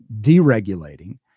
deregulating